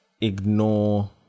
ignore